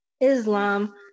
islam